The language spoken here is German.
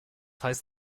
heißt